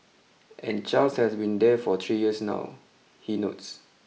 and Charles has been there for three years now he notes